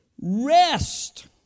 rest